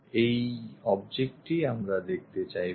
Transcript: এই objectই আমরা দেখাতে চাইব